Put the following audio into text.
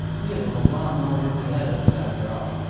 we have a lot more work ahead of us after all